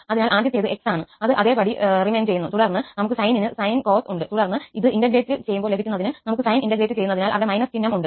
അതിനാൽ ആദ്യത്തേത് 𝑥 ആണ് അത് അതേപടി റിമൈൻ ചെയ്യുന്നു തുടർന്ന് നമുക്ക് സൈനിന് കോസ് ഉണ്ട് തുടർന്ന് ഈ ഇന്റഗ്രേറ്റ് ലഭിക്കുന്നതിന് നമുക്ക് സൈൻ ഇന്റഗ്രേറ്റ് ചെയ്യുന്നതിനാൽ അവിടെ ′′ ചിഹ്നം ഉണ്ട്